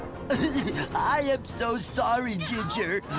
ah yeah so sorry ginger.